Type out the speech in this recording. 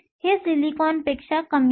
हे सिलिकॉनपेक्षा कमी आहे